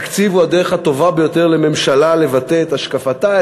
התקציב הוא הדרך הטובה ביותר לממשלה לבטא את השקפתה,